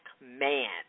man